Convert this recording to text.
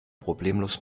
problemlos